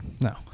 No